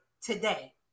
today